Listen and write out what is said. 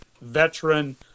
veteran